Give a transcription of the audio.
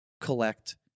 collect